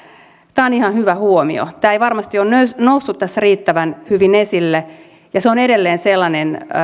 tämä on ihan hyvä huomio tämä ei varmasti ole noussut tässä riittävän hyvin esille ja se on edelleen sellainen